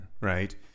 right